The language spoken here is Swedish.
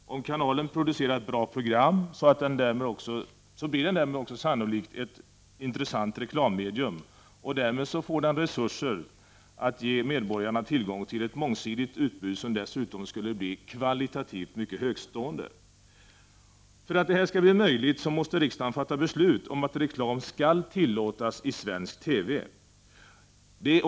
Om kanalen producerar bra program, blir den också sannolikt ett intressant reklammedium. Därmed får den resurser att ge medborgarna tillgång till ett mångsidigt utbud som dessutom skulle vara av mycket hög kvalitet. För att detta skall bli möjligt måste riksdagen fatta beslut om att reklam skall tillåtas i svensk TV.